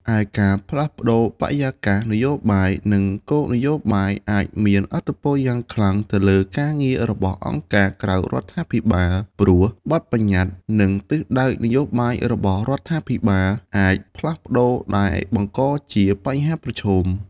ឯការផ្លាស់ប្ដូរបរិយាកាសនយោបាយ និងគោលនយោបាយ អាចមានឥទ្ធិពលយ៉ាងខ្លាំងទៅលើការងាររបស់អង្គការក្រៅរដ្ឋាភិបាល ព្រោះ បទប្បញ្ញត្តិ និងទិសដៅនយោបាយរបស់រដ្ឋាភិបាលអាចផ្លាស់ប្ដូរដែលបង្កជាបញ្ហាប្រឈម។